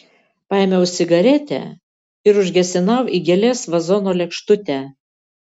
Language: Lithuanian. paėmiau cigaretę ir užgesinau į gėlės vazono lėkštutę